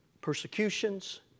Persecutions